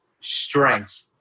strength